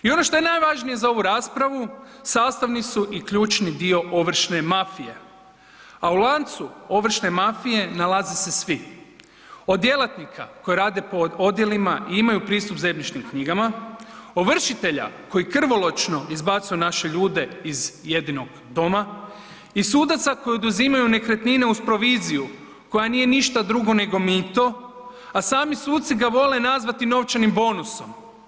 I ono što je najvažnije za ovu raspravu, sastavni su i ključni dio ovršne mafije, a u lancu ovršne mafije nalaze se svi, od djelatnika koji rade po odjelima i imaju pristup zemljišnim knjigama, ovršitelja koji krvoločno izbacuju naše ljude iz jedinog doma i sudaca koji oduzimaju nekretnine uz proviziju koja nije ništa drugo nego mito, a sami suci ga vole nazvati „novčanim bonusom“